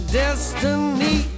destiny